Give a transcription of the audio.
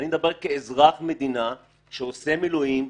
אני מדבר כאזרח מדינה שעושה מילואים.